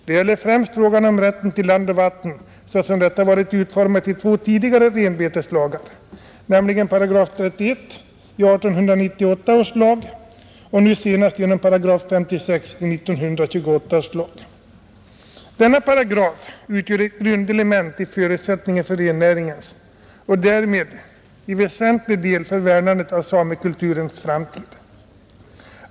Det gäller främst frågan om rätten till land och vatten såsom detta varit utformat i två tidigare renbeteslagar, nämligen 31 § i 1898 års lag och nu senast genom 56 § i 1928 års lag. Denna paragraf utgör ett grundelement i förutsättningarna för rennäringens framtid och därmed i väsentlig grad till värnandet av samekulturens framtid.